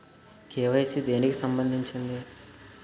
KYC దేనికి సంబందించింది?